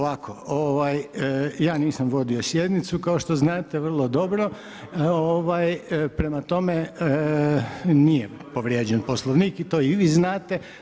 Ovako, ja nisam vodio sjednicu kao što znate vrlo dobro, prema tome, nije povrijeđen Poslovnik i to i vi znate.